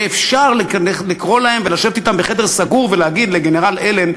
ואפשר לקרוא להם ולשבת אתם בחדר סגור ולהגיד לגנרל אלן,